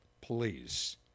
Please